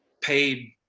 paid